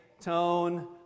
tone